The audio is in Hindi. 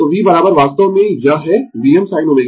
तो V वास्तव में यह है Vm sin ω t